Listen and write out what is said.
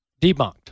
Debunked